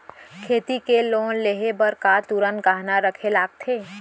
खेती के लोन लेहे बर का तुरंत गहना रखे लगथे?